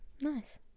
Nice